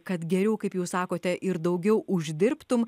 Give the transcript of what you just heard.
kad geriau kaip jūs sakote ir daugiau uždirbtum